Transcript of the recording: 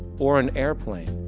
or an airplane.